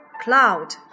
Cloud